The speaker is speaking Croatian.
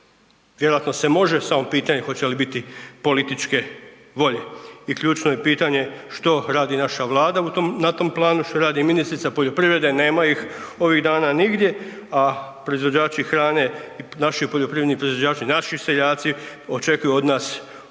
Vjerojatno se može, samo je pitanje hoće li biti političke volje. I ključno je pitanje što radi naša Vlada na tom planu, što radi ministrica poljoprivrede, nema ih ovih dana nigdje a proizvođači hrane i naši poljoprivredni proizvođači, naši seljaci očekuju od nas odgovore.